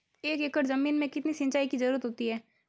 एक एकड़ ज़मीन में कितनी सिंचाई की ज़रुरत होती है?